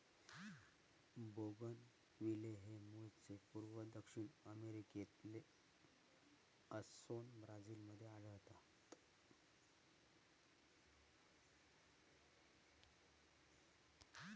bougainvillea हे मूळचे पूर्व दक्षिण अमेरिकेतले असोन ब्राझील मध्ये आढळता